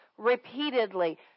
repeatedly